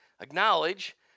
acknowledge